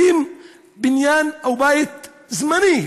הקים בניין או בית זמני,